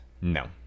No